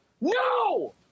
No